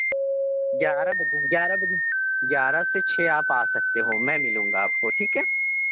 گیارہ بجے گیارہ بجے گیارہ سے چھ آپ آ سکتے ہو میں مِلوں گا آپ کو ٹھیک ہے